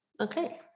okay